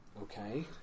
Okay